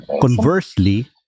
conversely